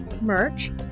merch